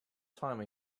time